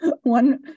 one